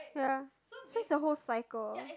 ya so is a whole cycle